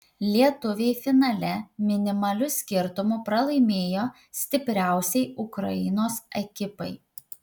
lietuviai finale minimaliu skirtumu pralaimėjo stipriausiai ukrainos ekipai